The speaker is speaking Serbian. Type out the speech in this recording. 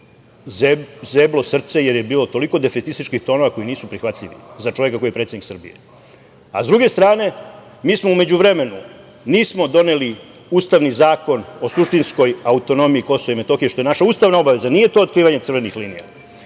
zeblo srce jer je bilo toliko defetističkih tonova koji nisu prihvatljivi za čoveka koji je predsednik Srbije.S druge strane, mi u međuvremenu nismo doneli ustavni zakon o suštinskoj autonomiji KiM što je naša ustavna obaveza. Nije to otkrivanje crvenih linija